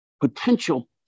potential